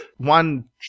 One